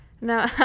No